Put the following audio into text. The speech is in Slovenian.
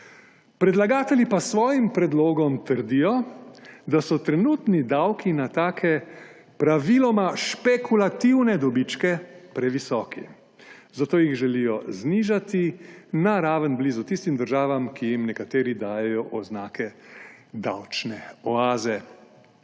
Predlagatelji pa s svojim predlogom trdijo, da so trenutni davki na take, praviloma špekulativne dobičke previsoki, zato jih želijo znižati na raven blizu tistim državam, ki jim nekateri dajejo oznake davčne oaze.